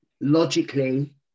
logically